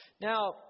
Now